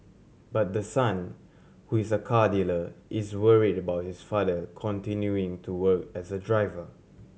but the son who is a car dealer is worried about his father continuing to work as a driver